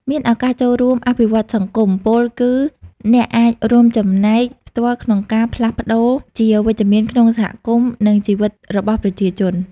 មានឱកាសចូលរួមអភិវឌ្ឍន៍សង្គម ពោលគឺអ្នកអាចរួមចំណែកផ្ទាល់ក្នុងការផ្លាស់ប្តូរជាវិជ្ជមានក្នុងសហគមន៍ និងជីវិតរបស់ប្រជាជន។